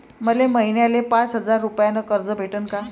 मले महिन्याले पाच हजार रुपयानं कर्ज भेटन का?